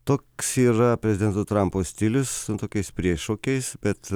toks yra prezidento trampo stilius tokiais priešokiais bet